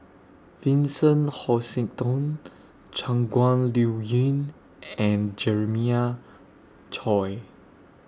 Vincent Hoisington Shangguan Liuyun and Jeremiah Choy